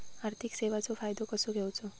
आर्थिक सेवाचो फायदो कसो घेवचो?